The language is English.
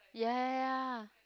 ya ya ya